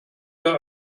der